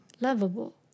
lovable